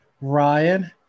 Ryan